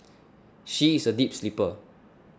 she is a deep sleeper